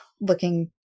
looking